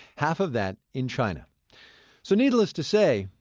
half of that in china so, needless to say,